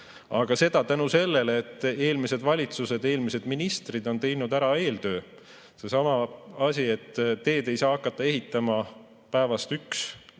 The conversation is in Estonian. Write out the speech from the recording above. Aga seda tänu sellele, et eelmised valitsused ja eelmised ministrid on teinud ära eeltöö. Seesama asi: teed ei saa hakata ehitama päevast 1,